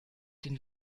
den